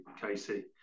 Casey